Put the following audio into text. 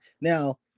Now